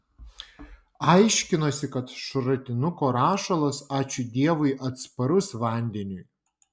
aiškinosi kad šratinuko rašalas ačiū dievui atsparus vandeniui